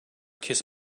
kiss